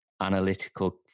analytical